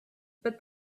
but